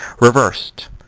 Reversed